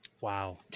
wow